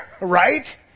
Right